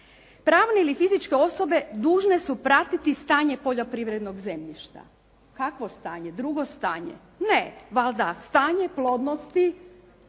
Pravne ili fizičke osobe dužne su pratiti stanje poljoprivrednog zemljišta. Kakvo stanje? Drugo stanje, valjda stanje plodnosti